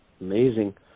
amazing